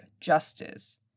justice